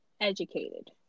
educated